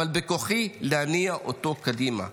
אבל בכוחי להניע אותו קדימה.